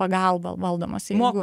pagalba valdomos jeigu